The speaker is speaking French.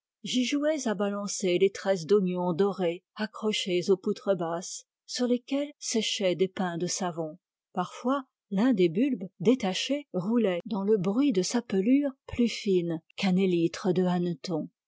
j'y jouais à balancer les tresses d'oignons dorés accrochées aux poutres basses sur lesquelles séchaient des pains de savon parfois l'un des bulbes détaché roulait dans le bruit de sa pelure plus fine qu'un élytre de hanneton